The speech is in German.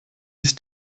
ist